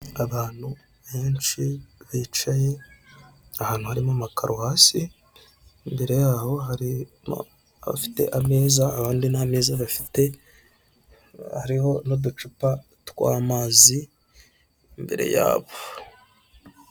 Abantu benshi bicaye ahantu harimo amakaro hasi imbere yaho hari abafite ameza abandi nt'ameza bafite hariho n'uducupa tw'amazi imbere yabo.